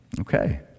Okay